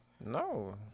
no